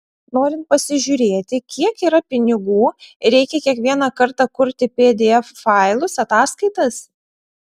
norint pasižiūrėti kiek yra pinigų reikia kiekvieną kartą kurti pdf failus ataskaitas